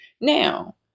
Now